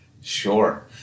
Sure